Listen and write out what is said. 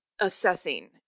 assessing